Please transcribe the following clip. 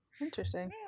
Interesting